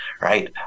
right